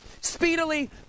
speedily